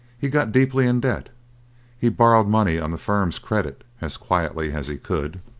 he got deeply in debt he borrowed money on the firm's credit, as quietly as he could,